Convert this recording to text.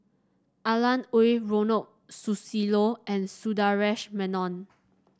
Alan Oei Ronald Susilo and Sundaresh Menon